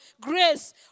grace